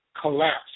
collapse